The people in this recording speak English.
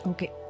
Okay